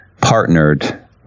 partnered